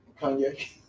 Kanye